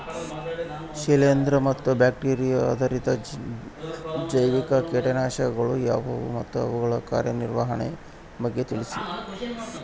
ಶಿಲೇಂದ್ರ ಮತ್ತು ಬ್ಯಾಕ್ಟಿರಿಯಾ ಆಧಾರಿತ ಜೈವಿಕ ಕೇಟನಾಶಕಗಳು ಯಾವುವು ಮತ್ತು ಅವುಗಳ ಕಾರ್ಯನಿರ್ವಹಣೆಯ ಬಗ್ಗೆ ತಿಳಿಸಿ?